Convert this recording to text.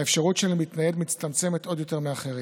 האפשרות שלהם להתנייד מצטמצמת עוד יותר מאחרים.